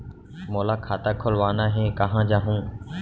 मोला खाता खोलवाना हे, कहाँ जाहूँ?